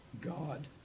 God